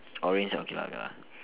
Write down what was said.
orange ah okay lah K lah